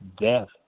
death